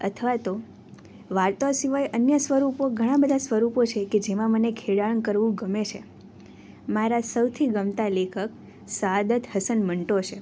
અથવા તો વાર્તાઓ સિવાય અન્ય સ્વરૂપો ઘણાં બધાં સ્વરૂપો છે કે જેમાં મને ખેડાણ કરવું ગમે છે મારા સૌથી ગમતા લેખક સઆદત હસન મંટો છે